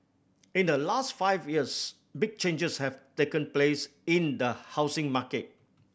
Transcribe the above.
in the last five years big changes have taken place in the housing market